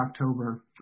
October